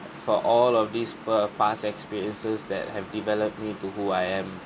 for all of this per~ past experiences that have developed me to who I am